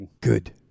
Good